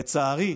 לצערי,